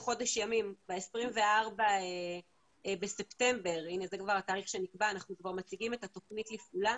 ב-24 בספטמבר אנחנו מציגים את התוכנית לפעולה.